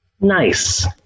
Nice